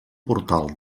portal